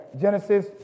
Genesis